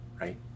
right